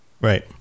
Right